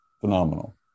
Phenomenal